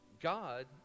God